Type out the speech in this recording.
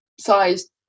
size